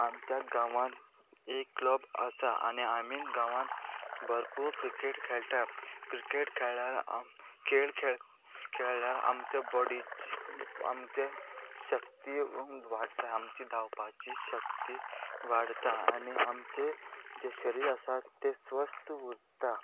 आमच्या गांवांत एक क्लब आसा आनी आमी गांवांत भरपूर क्रिकेट खेळटा क्रिकेट खेळ खेळ्यार खेळ खेळ्यार आमच्या बॉडीची आमचे शक्ती वाडता आमची धांवपाची शक्ती वाडता आनी आमचे जे शरीर आसा तें स्वस्थ उरता